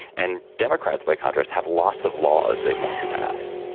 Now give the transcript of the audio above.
and democrats, by contrast, have lots of laws they want to pass.